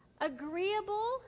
Agreeable